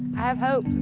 i have hope.